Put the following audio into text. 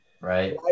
right